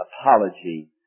Apology